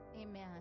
amen